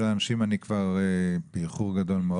אני כבר באיחור גדול.